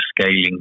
scaling